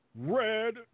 Red